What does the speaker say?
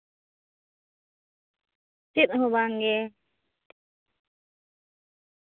ᱪᱮᱫ ᱦᱚᱸ ᱵᱟᱝ ᱜᱮ